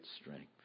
strength